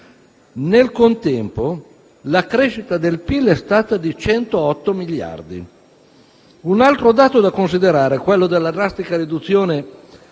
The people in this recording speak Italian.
Nel contempo, la crescita del PIL è stata di 108 miliardi di euro. Un altro dato da considerare è quello della drastica riduzione